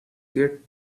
get